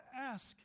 ask